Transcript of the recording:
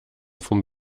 vom